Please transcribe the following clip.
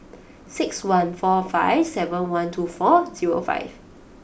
six one four five seven one two four zero five